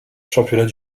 championnat